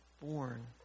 born